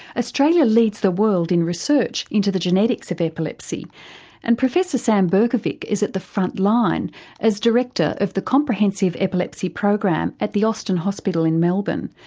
australia leads the world in research into the genetics of epilepsy and professor sam berkovic is at the front line as director of the comprehensive epilepsy program at the austin hospital in melbourne,